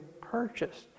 purchased